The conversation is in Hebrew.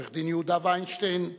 עורך-הדין יהודה וינשטיין,